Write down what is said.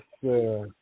Yes